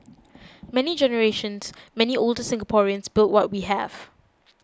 many generations many older Singaporeans built what we have